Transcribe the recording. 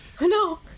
No